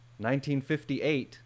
1958